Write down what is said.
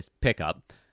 pickup